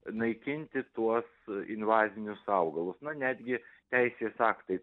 naikinti tuos invazinius augalus na netgi teisės aktai